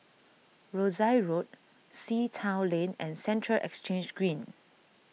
Rosyth Road Sea Town Lane and Central Exchange Green